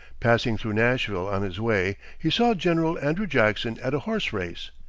passing through nashville on his way he saw general andrew jackson at a horse race.